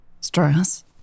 Stress